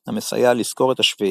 המסייע לשכור את השביעייה.